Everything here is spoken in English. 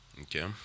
okay